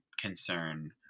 concern